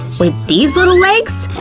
with these lil legs?